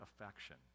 affection